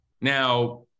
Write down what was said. Now